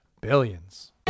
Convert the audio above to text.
Billions